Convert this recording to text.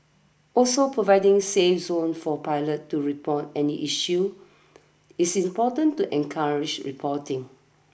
also providing safe zones for pilots to report any issues is important to encourage reporting